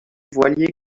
voilier